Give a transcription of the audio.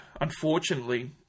unfortunately